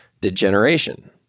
degeneration